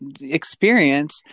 experience